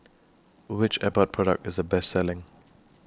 Which Abbott Product IS The Best Selling